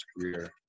career